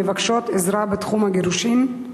משפטי לנשים המבקשות עזרה בתחום הגירושין?